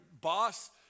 boss